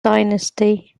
dynasty